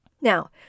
Now